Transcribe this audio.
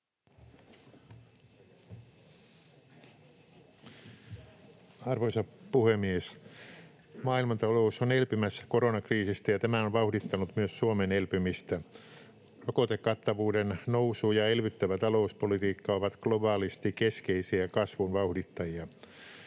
Arvoisa puhemies! Maailmantalous on elpymässä koronakriisistä, ja tämä on vauhdittanut myös Suomen elpymistä. Rokotekattavuuden nousu ja elvyttävä talouspolitiikka ovat globaalisti keskeisiä kasvun vauhdittajia...